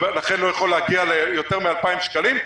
ולכן לא יכול להגיע ליותר מ-2,000 שקלים.